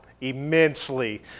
immensely